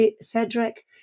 Cedric